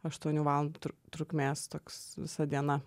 aštuonių valandų tru trukmės toks visa diena